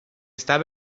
estar